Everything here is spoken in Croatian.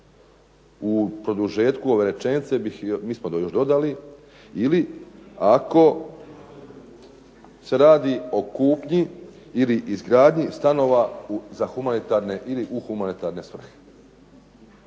U produžetku ove rečenice bih, mi smo još dodali, ili ako se radi o kupnji ili izgradnji stanova za humanitarne ili u humanitarne svrhe.